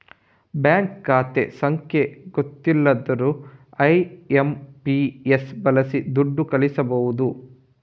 bank ಖಾತೆ ಸಂಖ್ಯೆ ಗೊತ್ತಿಲ್ದಿದ್ರೂ ಐ.ಎಂ.ಪಿ.ಎಸ್ ಬಳಸಿ ದುಡ್ಡು ಕಳಿಸ್ಬಹುದು